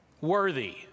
worthy